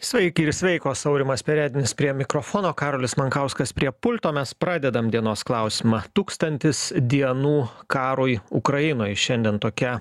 sveiki ir sveikos aurimas perednis prie mikrofono karolis mankauskas prie pulto mes pradedam dienos klausimą tūkstantis dienų karui ukrainoj šiandien tokia